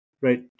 Right